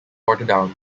portadown